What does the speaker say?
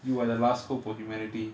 you are the last hope for humanity